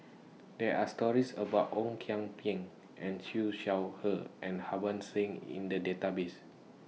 There Are stories about Ong Kian Peng and Siew Shaw Her and Harbans Singh in The Database